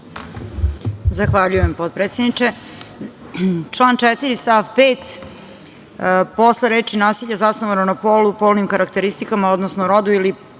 Zahvaljujem, potpredsedniče. Član 4. stav 5. posle reči: „Nasilje zasnovano na polu, polnim karakteristikama, odnosno rodu ili